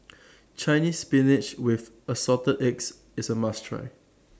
Chinese Spinach with Assorted Eggs IS A must Try